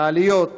במעליות,